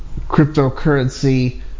cryptocurrency